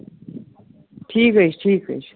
ٹھیٖک حظ چھُ ٹھیٖک حظ چھُ